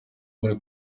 muri